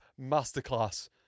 masterclass